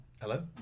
hello